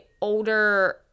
older